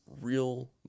real